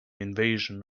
invasion